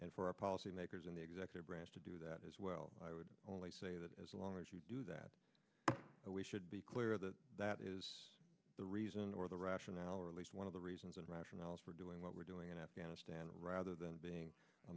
and for our policy makers in the executive branch to do that as well i would only say that as long as you do that we should be clear that that is the reason or the rationale or at least one of the reasons and rationales for doing what we're doing in afghanistan rather than being a